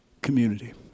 community